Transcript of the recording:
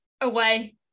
away